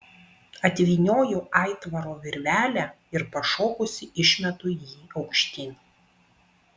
atvynioju aitvaro virvelę ir pašokusi išmetu jį aukštyn